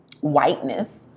whiteness